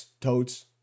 Toads